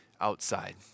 outside